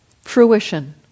fruition